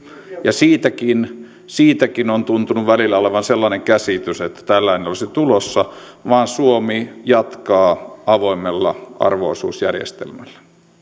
siitäkin siitäkin on tuntunut välillä olevan sellainen käsitys että tällainen olisi tulossa mutta suomi jatkaa avoimella arvo osuusjärjestelmällä